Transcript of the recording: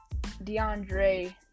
DeAndre